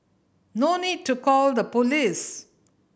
no need to call the police